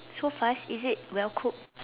so fast is it well cooked